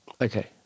Okay